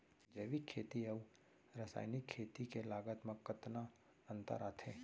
जैविक खेती अऊ रसायनिक खेती के लागत मा कतना अंतर आथे?